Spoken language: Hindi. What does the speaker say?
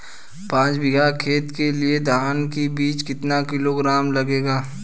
पाँच बीघा खेत के लिये धान का बीज कितना किलोग्राम लगेगा?